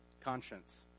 conscience